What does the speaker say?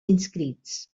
inscrits